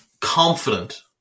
confident